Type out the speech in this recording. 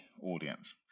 audience